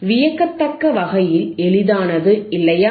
வியக்கத்தக்க வகையில் எளிதானது இல்லையா